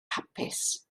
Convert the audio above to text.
hapus